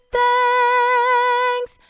thanks